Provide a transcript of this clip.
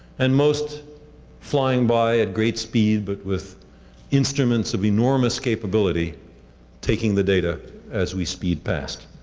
and most flying by at great speed but with instruments of enormous capability taking the data as we speed past.